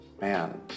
man